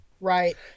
Right